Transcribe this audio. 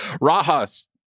Rajas